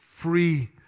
free